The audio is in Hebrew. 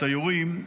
את היורים,